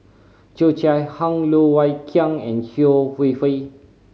Cheo Chai Hiang Loh Wai Kiew and Yeo Wei Wei